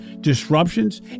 disruptions